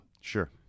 Sure